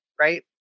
Right